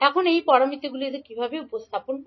এখন এই প্যারামিটার তারা কি উপস্থাপন করে